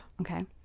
Okay